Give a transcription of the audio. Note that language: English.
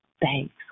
thanks